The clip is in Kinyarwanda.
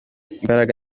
imbaraga